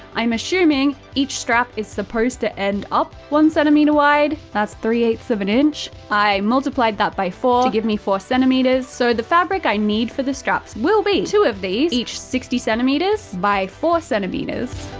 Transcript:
i'm assuming, each strap is supposed to end up one centimeter wide, that's three eight ths of an inch, i multiplied that by four to give me four centimeters. so the fabrics i need for the straps will be two of these, each sixty centimeters by four centimeters.